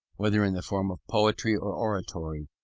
whether in the form of poetry or oratory,